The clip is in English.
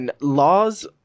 Laws